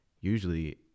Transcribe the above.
usually